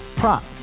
prop